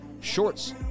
shorts